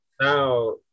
Now